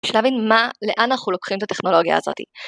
להבין מה לאן אנחנו לוקחים את הטכנולוגיה הזאת.